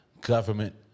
government